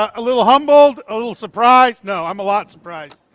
a little humbled, a little surprised, no, i'm a lot surprised.